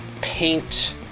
paint